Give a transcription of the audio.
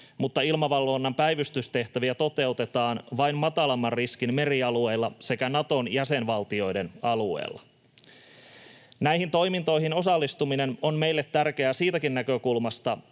mutta ilmavalvonnan päivystystehtäviä toteutetaan vain matalamman riskin merialueilla sekä Naton jäsenvaltioiden alueella. Näihin toimintoihin osallistuminen on meille tärkeää siitäkin näkökulmasta,